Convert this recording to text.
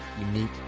unique